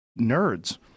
nerds